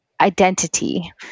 identity